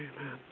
Amen